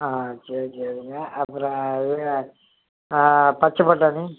ஆ சரி சரிங்க அப்புறம் இது ஆ பச்சை பட்டாணி